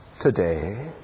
today